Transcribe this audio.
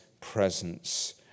presence